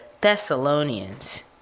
Thessalonians